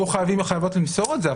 יהיו חייבים למסור את זה.